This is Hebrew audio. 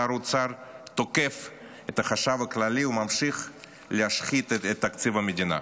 שר האוצר תוקף את החשב הכללי וממשיך להשחית את תקציב המדינה.